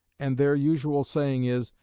and their usual saying is,